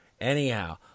Anyhow